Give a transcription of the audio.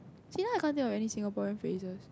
see now I can't think of any Singaporean phrases